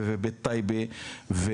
בטייבה,